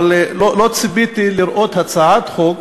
אבל לא ציפיתי לראות הצעת חוק